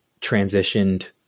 transitioned